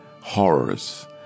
horrors